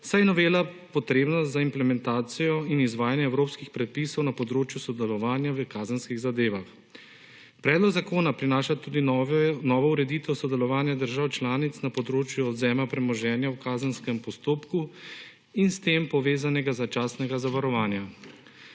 saj je novela potrebna za implementacije in izvajanje evropskih predpisov na področju sodelovanja v kazenskih zadevah. Predlog zakona prinaša tudi novo ureditev sodelovanje držav članic na področju odvzema premoženja v kazenskem postopku in s tem povezanega začasnega zavarovanja.